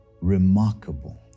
remarkable